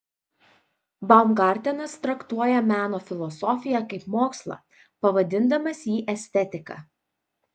baumgartenas traktuoja meno filosofiją kaip mokslą pavadindamas jį estetika